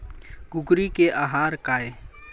कुकरी के आहार काय?